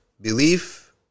Belief